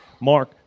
Mark